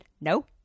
no